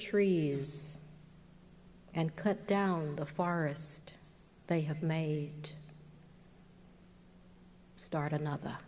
trees and cut down the far as they have made start another